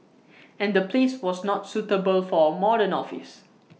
and the place was not suitable for A modern office